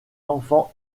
enfants